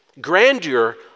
Grandeur